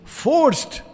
forced